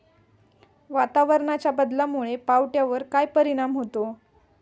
वातावरणाच्या बदलामुळे पावट्यावर काय परिणाम होतो?